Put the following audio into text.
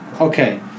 okay